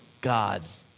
God's